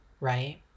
right